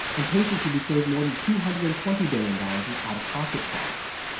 and patients would be saving more than two hundred and twenty billion dollars in out-of-pocket costs.